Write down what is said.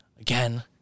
again